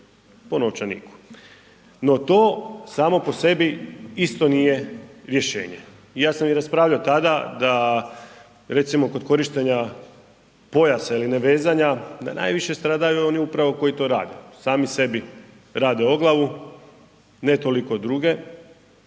po novčaniku. No, to samo po sebi isto nije rješenje. I ja sam i raspravljao tada da recimo kod korištenja pojasa ili nevezanja da najviše stradaju oni upravo koji to rade, sami sebi rade o glavu, ne toliko druge